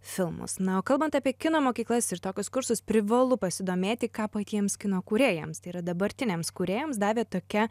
filmus na o kalbant apie kino mokyklas ir tokius kursus privalu pasidomėti ką patiems kino kūrėjams tai yra dabartiniams kūrėjams davė tokia